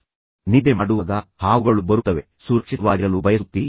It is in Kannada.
ಈಗ ಭಾವನಾತ್ಮಕ ಸಂಬಂಧಗಳ ನಡುವೆ ನೀವು ವಿಶ್ವಾಸಾರ್ಹರಾಗಿರುವುದು ಮುಖ್ಯವಾಗಿದೆ